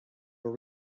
were